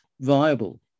viable